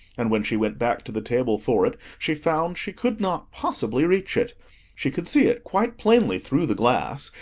and when she went back to the table for it, she found she could not possibly reach it she could see it quite plainly through the glass,